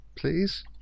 Please